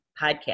podcast